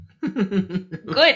Good